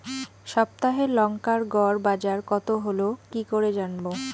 সপ্তাহে লংকার গড় বাজার কতো হলো কীকরে জানবো?